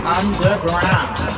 underground